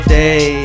day